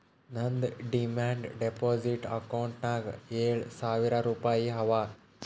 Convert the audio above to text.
ನಂದ್ demand deposit ಅಕೌಂಟ್ನಾಗ್ ಏಳ್ ಸಾವಿರ್ ರುಪಾಯಿ ಅವಾ